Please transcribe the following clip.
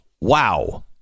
wow